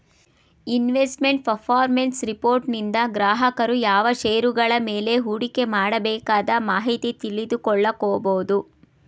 investment performance ರಿಪೋರ್ಟನಿಂದ ಗ್ರಾಹಕರು ಯಾವ ಶೇರುಗಳ ಮೇಲೆ ಹೂಡಿಕೆ ಮಾಡಬೇಕದ ಮಾಹಿತಿ ತಿಳಿದುಕೊಳ್ಳ ಕೊಬೋದು